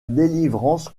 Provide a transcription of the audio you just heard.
délivrance